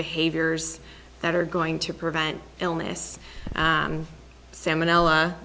behaviors that are going to prevent illness salmon ella